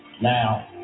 Now